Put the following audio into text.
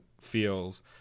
feels